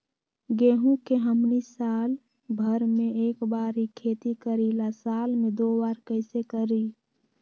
गेंहू के हमनी साल भर मे एक बार ही खेती करीला साल में दो बार कैसे करी?